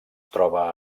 troba